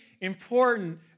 important